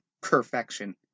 perfection